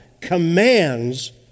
commands